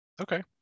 Okay